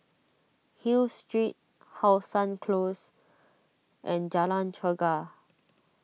Hill Street How Sun Close and Jalan Chegar